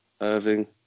Irving